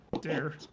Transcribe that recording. Dare